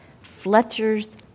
fletchers